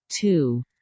two